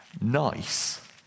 nice